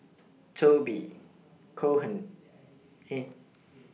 Toby Cohen